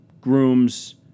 groom's